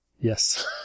Yes